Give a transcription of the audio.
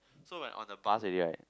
so when on the bus already right